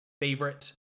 favorite